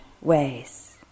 ways